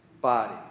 body